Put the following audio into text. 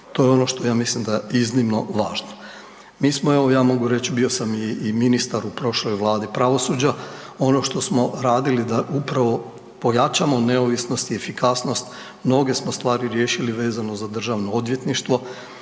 To je ono što ja mislim da je iznimno važno. Mi smo, evo ja mogu reći, bio sam i ministar u prošloj vladi pravosuđa, ono što smo radili da upravo pojačamo neovisnost i efikasnost, mnoge smo stvari riješili vezano za Državno odvjetništvo,